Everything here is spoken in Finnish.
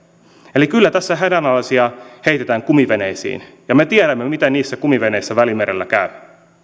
eli kyllä tässä hädänalaisia heitetään kumiveneisiin ja me tiedämme miten niille kumiveneille välimerellä käy